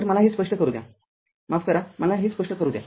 तरमला हे स्पष्ट करू द्या माफ करा मला हे स्पष्ट करू द्या